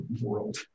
world